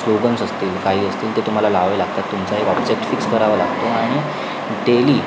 slogans असतील काही असतील ते तुम्हाला लावावे लागतात तुमचा एक ऑफसेट फिक्स करावा लागतो आणि डेली